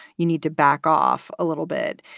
you need to back off a little bit.